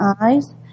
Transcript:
eyes